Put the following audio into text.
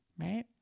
right